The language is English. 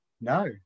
no